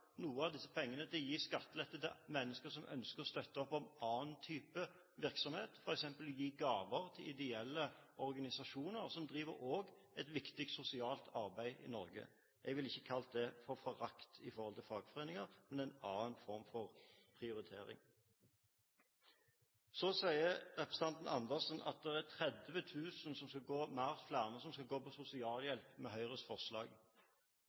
av disse pengene til å gi skattelette til mennesker som ønsker å støtte opp om annen type virksomhet, f.eks. å gi gaver til ideelle organisasjoner, som også driver et viktig sosialt arbeid i Norge. Jeg ville ikke kalt det for forakt for fagforeninger, men det er en annen form for prioritering. Så sier representanten Karin Andersen at 30 000 flere vil gå